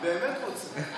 אני באמת רוצה.